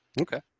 Okay